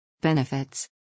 Benefits